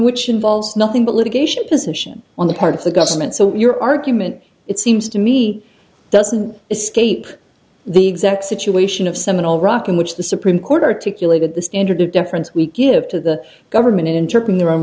which involves nothing but litigation position on the part of the government so your argument it seems to me doesn't escape the exact situation of seminal rock in which the supreme court articulated the standard of deference we give to the government interpret their own